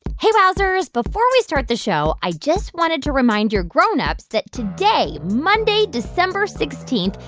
hey, wowzers. before we start the show, i just wanted to remind your grown-ups that today, monday, december sixteen,